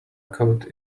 code